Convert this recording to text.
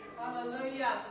Hallelujah